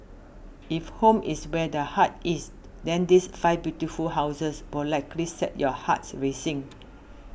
if home is where the heart is then these five beautiful houses will likely set your hearts racing